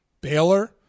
Baylor